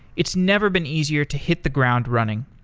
it's never been easier to hit the ground running.